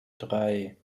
drei